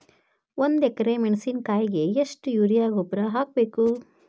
ಒಂದು ಎಕ್ರೆ ಮೆಣಸಿನಕಾಯಿಗೆ ಎಷ್ಟು ಯೂರಿಯಾ ಗೊಬ್ಬರ ಹಾಕ್ಬೇಕು?